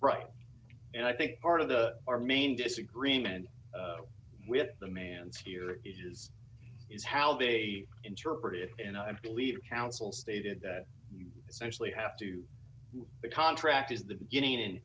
right and i think part of the our main disagreement with the man's here is is how they interpret it and i believe counsel stated that you essentially have to the contract is the beginning and